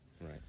Right